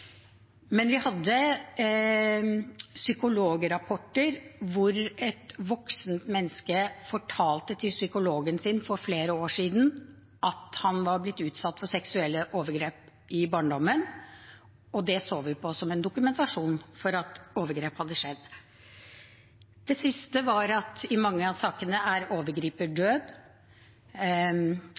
Men vi hadde psykolograpporter der et voksent menneske for flere år siden hadde fortalt til psykologen sin at han var blitt utsatt for seksuelle overgrep i barndommen, og det så vi på som en dokumentasjon på at overgrep hadde skjedd. Det siste var at i mange av sakene er overgriper død,